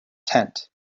tent